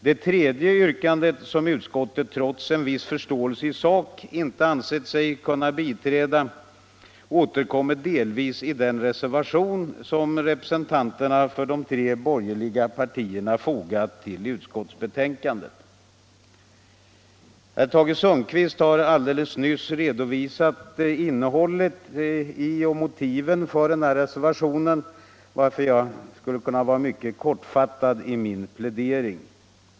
Det tredje yrkandet, som utskottet trots en viss förståelse i sak inte ansett sig kunna biträda, återkommer delvis i den reservation som representanterna för de tre borgerliga partierna har fogat vid utskottets betänkande. Herr Tage Sundkvist har nyss redovisat innehållet i och motiven för reservationen, varför jag skulle kunna fatta mig mycket kort i min plädering.